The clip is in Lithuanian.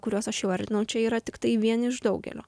kuriuos aš įvardinau čia yra tiktai vieni iš daugelio